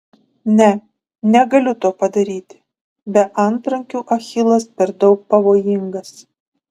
ne negaliu to padaryti be antrankių achilas per daug pavojingas